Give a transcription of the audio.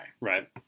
right